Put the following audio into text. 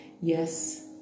Yes